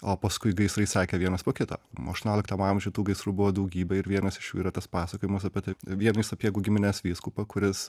o paskui gaisrai sekė vienas po kito aštuonioliktam amžiuj tų gaisrų buvo daugybė ir vienas iš jų yra tas pasakojimas apie vieną iš sapiegų giminės vyskupą kuris